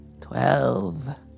Twelve